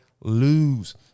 lose